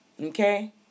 Okay